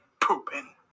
Pooping